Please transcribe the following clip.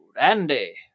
Andy